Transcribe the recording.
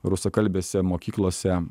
rusakalbėse mokyklose